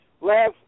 Last